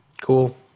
Cool